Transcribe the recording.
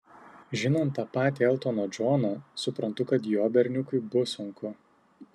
žinant tą patį eltoną džoną suprantu kad jo berniukui bus sunku